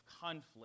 conflict